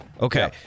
Okay